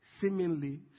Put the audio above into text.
seemingly